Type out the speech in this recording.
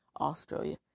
Australia